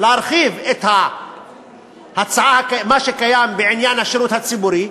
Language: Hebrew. הרחבה של מה שקיים בעניין השירות הציבורי,